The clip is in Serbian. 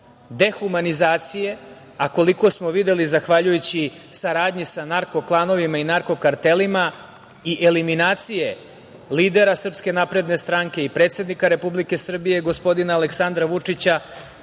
dehumanizacije, a koliko smo videli zahvaljujući saradnji sa narko-klanovima i narko-kartelima i eliminacije lidera SNS i predsednika Republike Srbije, gospodina Aleksandra Vučića,